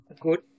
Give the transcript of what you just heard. Good